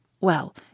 Well